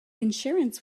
insurance